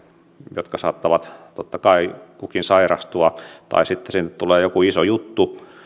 jotka saattavat totta kai kukin sairastua tai sitten sinne tulee joku iso juttu ja